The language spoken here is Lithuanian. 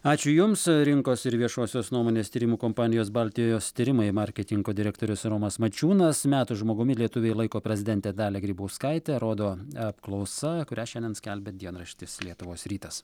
ačiū jums rinkos ir viešosios nuomonės tyrimų kompanijos baltijos tyrimai marketingo direktorius romas mačiūnas metų žmogumi lietuviai laiko prezidentę dalią grybauskaitę rodo apklausa kurią šiandien skelbia dienraštis lietuvos rytas